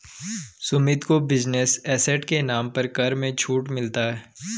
सुमित को business asset के नाम पर कर में छूट मिलता है